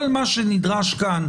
כל מה שנדרש כאן,